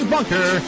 Bunker